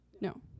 no